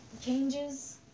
Changes